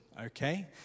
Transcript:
okay